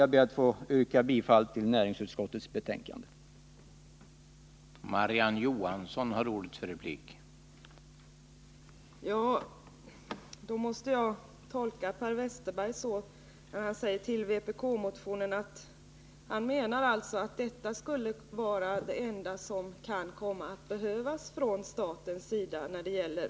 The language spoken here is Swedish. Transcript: Jag ber att få yrka bifall till hemställan i näringsutskottets betänkande nr 63.